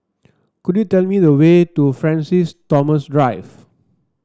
could you tell me the way to Francis Thomas Drive